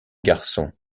garçon